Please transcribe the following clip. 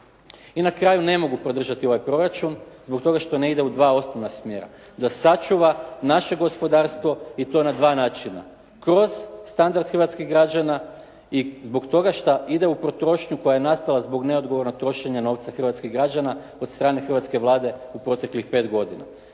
I na kraju ne mogu podržati ovaj proračun, zbog toga što ne ide u dva osnovna smjer. Da sačuva naše gospodarstvo i to na dva načina. Kroz standard hrvatskih građana i zbog toga šta ide u potrošnju koja je nastala zbog neodgovornog trošenja novca hrvatskih građana od strane Hrvatske vlade u proteklih 5 godina.